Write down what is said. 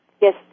Yes